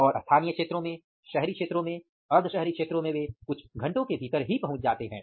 और स्थानीय क्षेत्रों में शहरी क्षेत्रों में अर्ध शहरी क्षेत्रों में वे कुछ घंटों के भीतर पहुंच जाते हैं